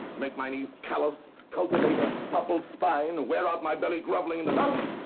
make my knees calloused, cultivate a supple spine, wear out my belly groveling in the dust?